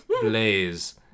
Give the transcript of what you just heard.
Blaze